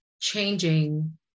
changing